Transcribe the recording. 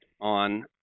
on